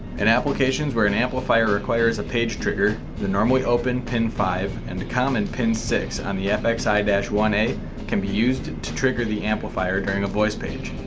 in applications where an amplifier requires a page trigger the normally open pin five and the common pin six on the fxi one a can be used to trigger the amplifier during a voice page.